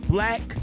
Black